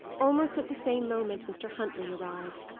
almost at the same moment, mr. huntley arrived.